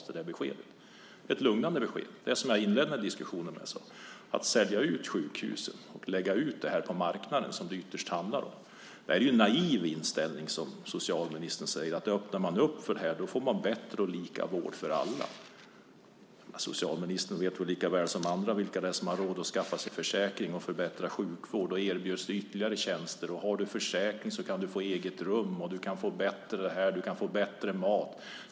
Det var ett lugnande besked. När det gäller att sälja ut sjukhus och lägga ut dem på marknaden, som det ytterst handlar om, har socialministern en naiv inställning när han säger att om man öppnar upp för det blir det bättre och lika vård för alla. Socialministern vet väl lika väl som andra vilka det är som har råd att skaffa sig försäkringar och bättre sjukvård. Erbjuds det ytterligare tjänster och du har en försäkring kan du få eget rum och du kan få bättre mat.